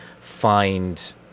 find